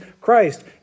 Christ